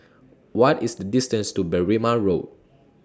What IS The distance to Berrima Road